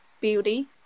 beauty